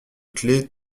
clef